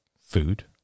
food